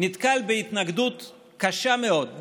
נתקל בהתנגדות קשה מאוד.